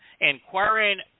inquiring